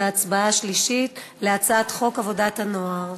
בקריאה שלישית, על הצעת חוק עבודת הנוער.